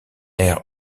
aire